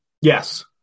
Yes